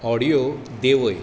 audio देंवय